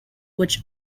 which